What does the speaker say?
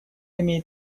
имеет